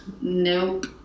Nope